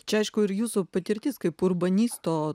čia aišku ir jūsų patirtis kaip urbanisto